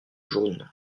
jaunes